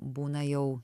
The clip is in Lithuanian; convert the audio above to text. būna jau